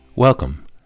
Welcome